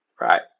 Right